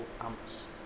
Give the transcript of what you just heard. amps